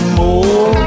more